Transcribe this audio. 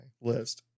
list